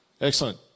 Excellent